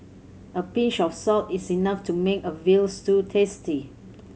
a pinch of salt is enough to make a veal stew tasty